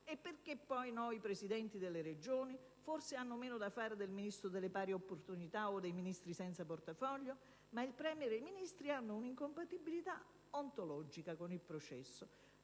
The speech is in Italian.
perché no i presidenti delle Regioni? Forse hanno meno da fare del Ministro per le pari opportunità o dei Ministri senza portafoglio? Ma il *Premier* e i Ministri hanno davvero un'incompatibilità ontologica con il processo?